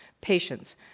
patients